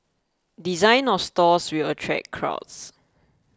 design of stores will attract crowds